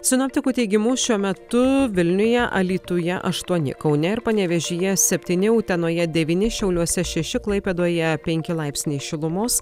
sinoptikų teigimu šiuo metu vilniuje alytuje aštuoni kaune ir panevėžyje septyni utenoje devyni šiauliuose šeši klaipėdoje penki laipsniai šilumos